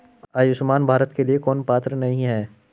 आयुष्मान भारत के लिए कौन पात्र नहीं है?